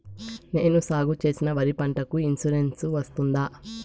నేను సాగు చేసిన వరి పంటకు ఇన్సూరెన్సు వస్తుందా?